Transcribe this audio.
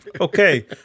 okay